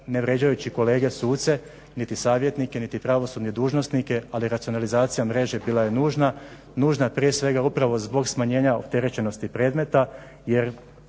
ne vrijeđajući kolege suce, niti savjetnike, niti pravosudne dužnosnike, ali racionalizacija mreže bila je nužna, nužna prije svega upravo zbog smanjenja opterećenosti predmeta,